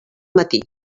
matí